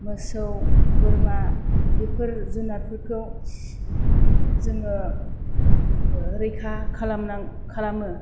मोसौ बोरमा बेफोर जुनातफोरखौ जोङो रैखा खालामनां खालामो